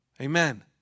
Amen